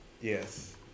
Yes